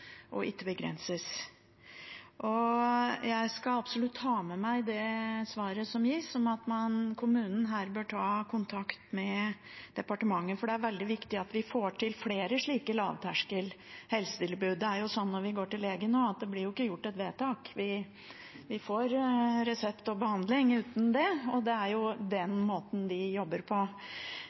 og ikke begrenses. Jeg skal absolutt ta med meg det svaret som gis, om at kommunen bør ta kontakt med departementet, for det er veldig viktig at vi får til flere slike lavterskelhelsetilbud. Når vi går til legen, blir det jo ikke fattet et vedtak – vi får resept og behandling uten det. Det er den måten de jobber på.